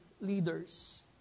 leaders